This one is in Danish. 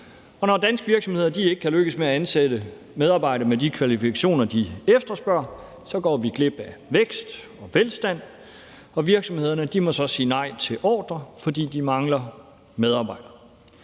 Når danske virksomheder ikke kan lykkes med at ansætte medarbejdere med de kvalifikationer, de efterspørger, går vi glip af vækst og velstand, og virksomhederne må så sige nej til ordrer, fordi de mangler medarbejdere.